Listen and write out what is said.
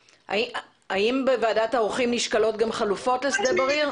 האם בוועדת העורכים נשקלות גם חלופות לשדה בריר?